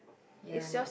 ya